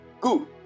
Good